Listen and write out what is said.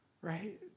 right